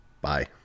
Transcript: Bye